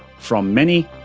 from many,